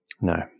No